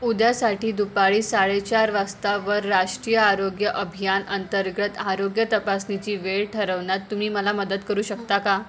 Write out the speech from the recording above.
उद्यासाठी दुपारी साडेचार वाजता वर राष्ट्रीय आरोग्य अभियान अंतर्गत आरोग्य तपासणीची वेळ ठरवण्यात तुम्ही मला मदत करू शकता का